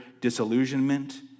disillusionment